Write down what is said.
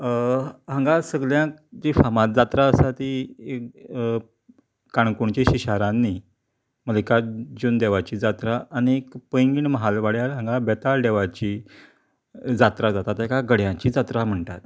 हांगा सगळ्यांक जी फामाद जात्रां आसा ती काणकोणची शिश्यां रान्नीं मल्लिकार्जुन देवाची जात्रा आनी पैंगीण महाल वाड्यार हांगा बेताळ देवाची जात्रा जाता तेका गड्यांची जात्रा म्हणटात